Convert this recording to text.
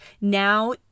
now